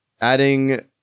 adding